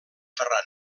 ferran